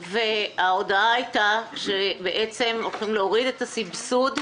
וההודעה הייתה שבעצם הולכים להוריד את הסבסוד.